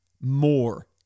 more